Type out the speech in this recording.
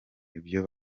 ibyo